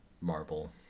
marble